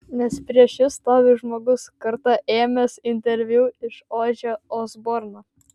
nes prieš jus stovi žmogus kartą ėmęs interviu iš ožio osborno